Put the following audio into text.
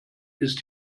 ist